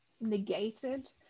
negated